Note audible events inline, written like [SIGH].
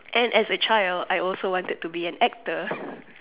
and as a child I also wanted to be an actor [LAUGHS]